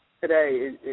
today